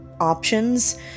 options